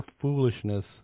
foolishness